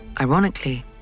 ironically